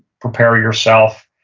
prepare yourself,